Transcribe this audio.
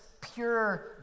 pure